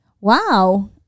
wow